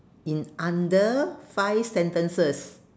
in under five sentences